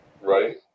Right